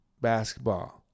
basketball